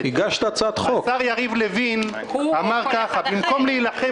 השר יריב לוין אמר ככה: במקום להילחם